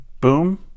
boom